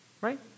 right